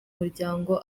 umuryango